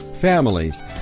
families